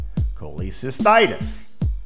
cholecystitis